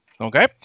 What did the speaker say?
Okay